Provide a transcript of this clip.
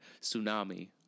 tsunami